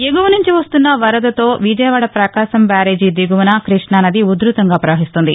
ఎగువ నుంచి వస్తున్న వరదతో విజయవాడ ప్రకాశం బ్యారేజీ దిగువన కృష్ణానది ఉధృతంగా ప్రవహిస్తోంది